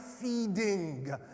feeding